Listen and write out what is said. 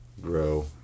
grow